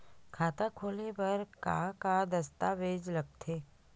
खाता खोले बर का का दस्तावेज लगथे?